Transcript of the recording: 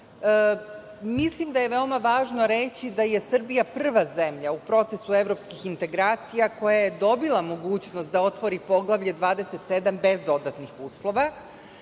da je veoma važno reći da je Srbija prva zemlja u procesu evropskih integracija koja je dobila mogućnost da otvori Poglavlje 27 bez dodatnih uslova.